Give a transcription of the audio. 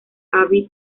abbey